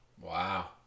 Wow